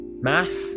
math